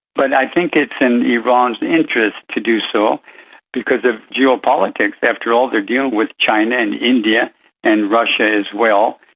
but i think it's in iran's interest to do so because of geopolitics. after all, are dealing with china and india and russia as well.